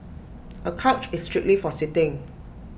A couch is strictly for sitting